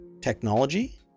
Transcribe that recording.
technology